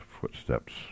footsteps